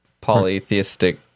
polytheistic